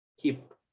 keep